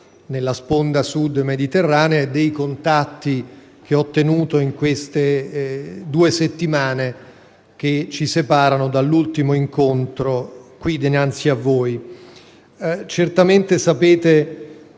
nella sponda sud-mediterranea e dei contatti che ho tenuto nel corso delle due settimane che ci separano dall'ultimo incontro avvenuto qui, dinanzi a voi. Certamente sapete